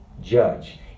judge